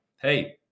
hey